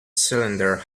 cylinder